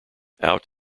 out